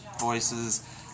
voices